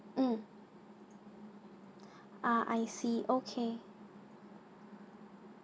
mm I see okay mm